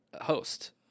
host